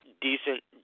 decent